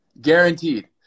Guaranteed